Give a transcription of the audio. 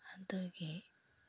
ꯑꯗꯨꯒꯤ